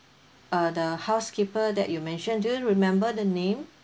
uh the housekeeper that you mentioned do you remember the name